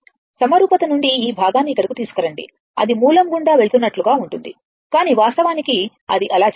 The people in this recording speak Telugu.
సమరూపత నుండి ఈ భాగాన్ని ఇక్కడికి తీసుకురండి అది మూలం గుండా వెళుతున్నట్లుగా ఉంటుంది కానీ వాస్తవానికి అది అలా జరగదు